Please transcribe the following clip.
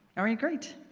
all right, great!